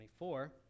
24